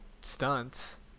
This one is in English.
stunts